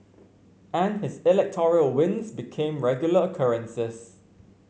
and his electoral wins became regular occurrences